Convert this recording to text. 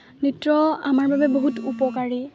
ন নৃত্য আমাৰ বাবে বহুত উপকাৰী